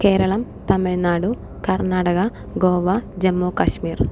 Keralam Tamil Nadu Karnataka Goa Jammu Kashmir